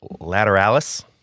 lateralis